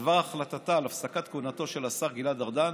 בדבר החלטתה על הפסקת כהונתו של השר גלעד ארדן